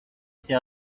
été